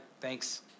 thanks